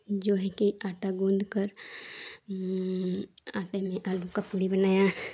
जो है कि आटा गूँथकर आटे में आलू की पूड़ी बनाई